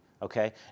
Okay